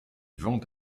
vend